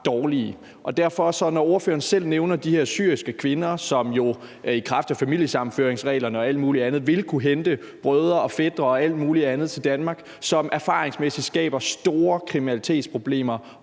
Så når ordføreren selv nævner de her syriske kvinder, som jo i kraft af familiesammenføringsreglerne og alt muligt andet vil kunne hente brødre, fætre og alle mulige andre til Danmark, som erfaringsmæssigt skaber store kriminalitetsproblemer